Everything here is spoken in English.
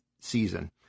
season